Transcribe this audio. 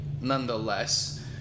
nonetheless